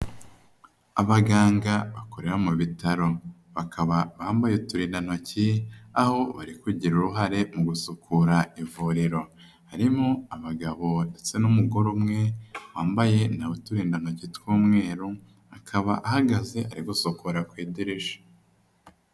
Abaganga bakorera mu bitaro bakaba bambaye uturindantoki. Aho bari kugira uruhare mu gusukura ivuriro. Harimo abagabo ndetse n'umugore umwe wambaye nawe uturindantoki tw'umweru akaba ahagaze ari gusukura ku idirisha.